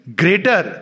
greater